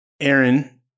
Aaron